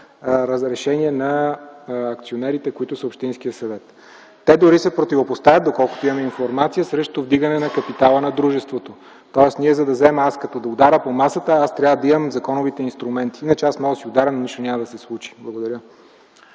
без разрешение на акционерите – общинския съвет. Те дори се противопоставят, доколкото имам информация, срещу вдигане на капитала на дружеството. И, за да ударя аз по масата, аз трябва да имам законовите инструменти, иначе аз мога да си удрям, но нищо няма да се случи. Благодаря.